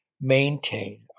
maintain